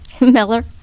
Miller